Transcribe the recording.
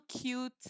cute